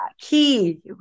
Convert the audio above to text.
Key